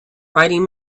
writing